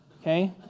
okay